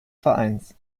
vereins